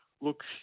look